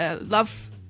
love